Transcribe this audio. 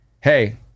Hey